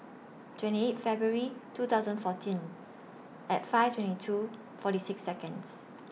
twenty eight February two thousand fourteen At five twenty two forty six Seconds